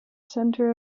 center